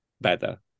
better